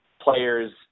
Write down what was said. players